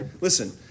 listen